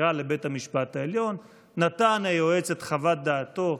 עתירה לבית המשפט העליון, נתן היועץ את חוות דעתו,